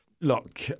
Look